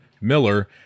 Miller